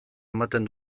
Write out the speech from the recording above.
ematen